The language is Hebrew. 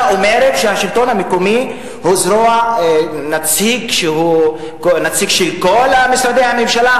אני קובע שההצעות לסדר-היום תידונה בוועדת החינוך,